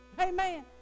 Amen